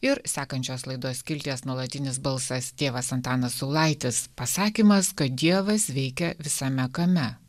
ir sekančios laidos skilties nuolatinis balsas tėvas antanas saulaitis pasakymas kad dievas veikia visame kame